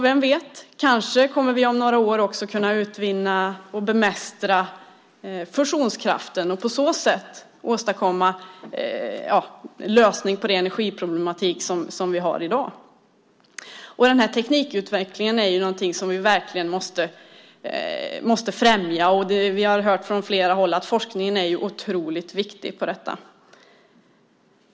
Vem vet, kanske kommer vi om några år också att kunna utvinna och bemästra fusionskraften och på så sätt åstadkomma en lösning på den energiproblematik som vi har i dag. Denna teknikutveckling är någonting som vi verkligen måste främja, och vi har hört från flera håll att forskningen kring detta är otroligt viktig.